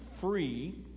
free